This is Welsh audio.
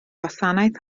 wasanaeth